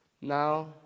Now